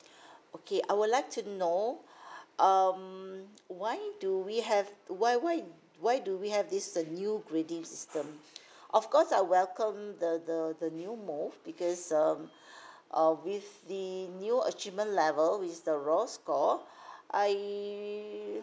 okay I would like to know um why do we have why why why do we have this uh new grading system of course I welcome the the the new move because um uh with the new achievement level with the raw score I